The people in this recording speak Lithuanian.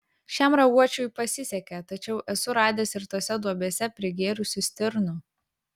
šiam raguočiui pasisekė tačiau esu radęs ir tose duobėse prigėrusių stirnų